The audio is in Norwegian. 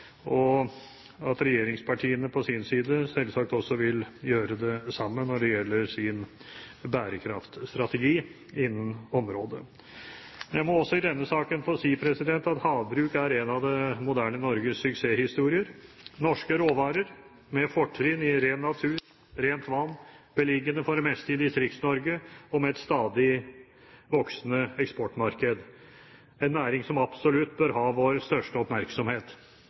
og at regjeringspartiene på sin side vil gjøre det samme når det gjelder sin bærekraftstrategi innen området. Jeg må også i denne saken få si at havbruk er en av det moderne Norges suksesshistorier – norske råvarer med fortrinn i ren natur, rent vann, beliggende for det meste i Distrikts-Norge og et stadig voksende eksportmarked. Det er en næring som absolutt bør ha vår største oppmerksomhet,